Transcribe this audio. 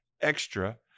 extra